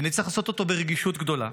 ונצטרך לעשות אותו ברגישות גדולה.